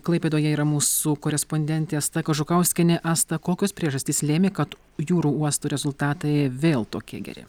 klaipėdoje yra mūsų korespondentė asta kažukauskienė asta kokios priežastys lėmė kad jūrų uostų rezultatai vėl tokie geri